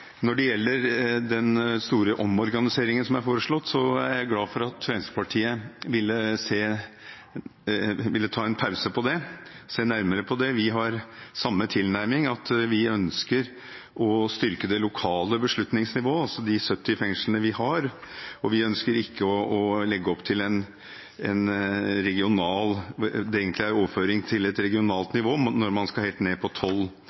Når det gjelder den store omorganiseringen som er foreslått, er jeg glad for at Fremskrittspartiet ville ta en pause og se nærmere på det. Vi har samme tilnærming, at vi ønsker å styrke det lokale beslutningsnivået, altså de 70 fengslene vi har. Vi ønsker ikke å legge opp til det som egentlig er en overføring til et regionalt nivå, når man skal helt ned på